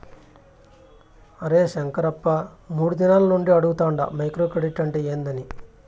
అరే శంకరప్ప, మూడు దినాల నుండి అడగతాండ మైక్రో క్రెడిట్ అంటే ఏందని